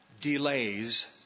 delays